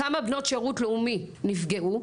כמה בנות שירות לאומי נפגעו,